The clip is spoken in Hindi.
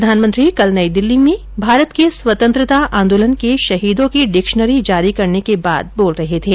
प्रधानमंत्री कल नई दिल्ली में भारत के स्वतंत्रता आंदोलन के शहीदों की डिक्शनरी जारी करने के बाद बोल रहे थे